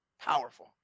powerful